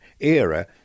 era